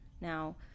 Now